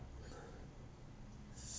s~